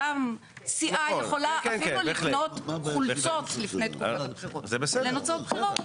סיעה יכולה אפילו לקנות חולצות לפני תקופת הבחירות להוצאות בחירות.